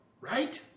Right